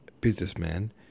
businessman